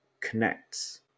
connects